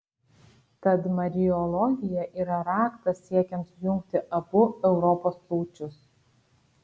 tad mariologija yra raktas siekiant sujungti abu europos plaučius